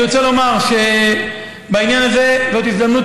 אני רוצה לומר בעניין הזה שזאת הזדמנות